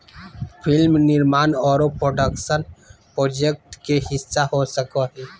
film निर्माण आरो production project के हिस्सा हो सको हय